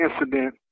incident